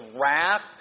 wrath